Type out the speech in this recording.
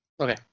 Okay